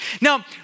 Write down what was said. Now